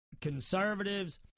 conservatives